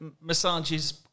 massages